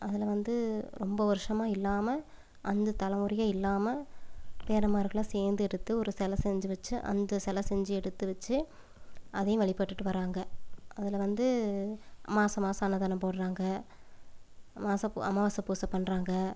அதில் வந்து ரொம்ப வருஷமாக இல்லாமல் அஞ்சு தலைமுறையா இல்லாமல் பேரன்மார்கள்லாம் சேர்ந்து எடுத்து ஒரு செலை செஞ்சு வெச்சு அந்த செலை செஞ்சு எடுத்து வெச்சு அதையும் வழிப்பட்டுட்டு வர்றாங்க அதில் வந்து மாதம் மாதம் அன்னதானம் போடுறாங்க மாத பூ அமாவாசை பூசை பண்ணுறாங்க